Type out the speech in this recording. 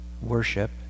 worship